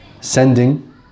sending